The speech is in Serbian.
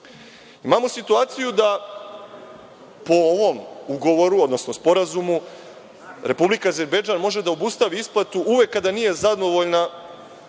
Imamo situaciju da po ovom ugovoru, odnosno Sporazumu Republika Azerbejdžan može da obustavi isplatu uvek kada nije zadovoljna načinom